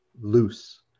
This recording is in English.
loose